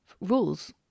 rules